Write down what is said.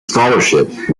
scholarship